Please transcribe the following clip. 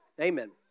Amen